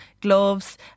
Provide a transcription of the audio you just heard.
gloves